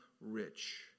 rich